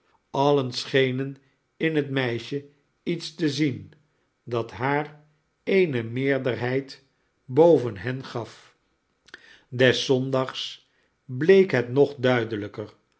allen schenen in het meisje iets te zien dat haar eene meerderheid boven hen gaf des zondags bleek het nog duldelijker